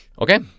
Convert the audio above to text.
Okay